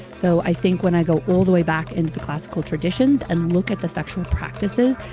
so i think when i go all the way back into the classical traditions and look at the sexual practices,